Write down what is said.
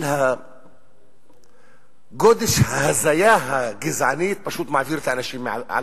אבל גודש ההזיה הגזענית פשוט מעביר את האנשים על דעתם,